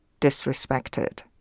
disrespected